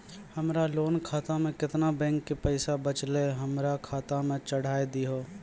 हमरा लोन खाता मे केतना बैंक के पैसा बचलै हमरा खाता मे चढ़ाय दिहो?